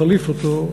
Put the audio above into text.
מחליף אותו,